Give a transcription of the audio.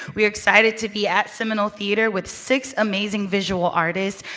we're excited to be at seminole theater with six amazing visual artists.